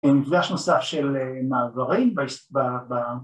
‫עם מפגש נוסף של מעברים ב